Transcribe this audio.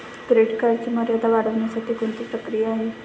Credit कार्डची मर्यादा वाढवण्यासाठी कोणती प्रक्रिया आहे?